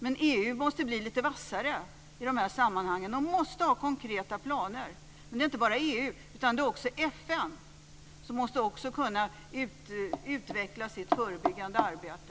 Men EU måste bli lite vassare i dessa sammanhang och måste ha konkreta planer. Men det handlar inte bara om EU utan om FN som också måste kunna utveckla sitt förebyggande arbete.